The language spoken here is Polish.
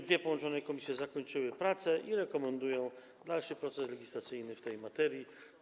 Dwie połączone komisje zakończyły prace i rekomendują dalszy proces legislacyjny w tej materii.